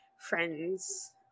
friends